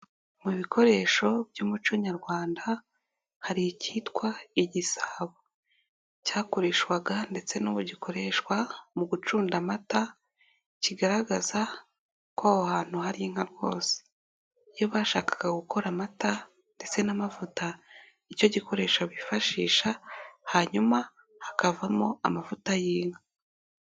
Mu bikoresho by'umuco nyarwanda hari ikitwa igisabo cyakoreshwaga ndetse n'ubu gikoreshwa mu gucunda amata kigaragaza ko aho hantu hari inka rwose, iyo bashakaga gukora amata ndetse n'amavuta ni cyo gikoresho bifashisha hanyuma hakavamo amavuta y'inka.